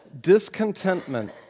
Discontentment